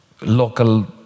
local